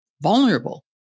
vulnerable